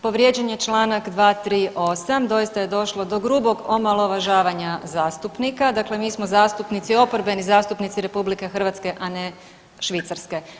Povrijeđen je čl. 238. doista je došlo do grubog omalovažavanja zastupnika, dakle mi smo zastupnici, oporbeni zastupnici RH, a ne Švicarske.